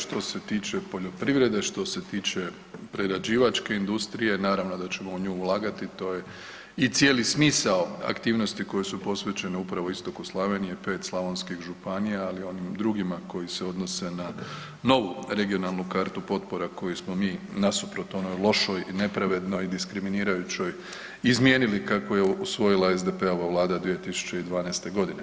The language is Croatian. Što se tiče poljoprivrede, što se tiče prerađivačke industrije, naravno da ćemo u nju ulagati, to je i cijeli smisao aktivnosti koje su posvećene upravo istoku Slavonije, 5 slavonskih županija ali i onim drugima koji se odnose na novu regionalnu kartu potpora koje smo mi nasuprot onoj lošoj, nepravednoj, diskriminirajućoj, izmijenili kakvu je usvojila SDP-ova Vlada 2012. godine.